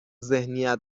ذهنیت